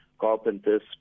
carpenters